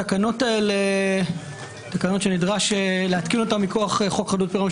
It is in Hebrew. התקנות הללו נדרש להתקינן מכוח חוק חדלות פירעון,